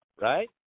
right